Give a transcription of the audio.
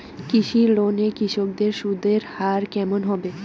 কৃষি লোন এ কৃষকদের সুদের হার কেমন হবে?